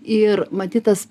ir matyt tas